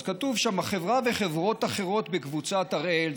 אז כתוב שם: החברה וחברות אחרות בקבוצה הראל,